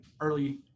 early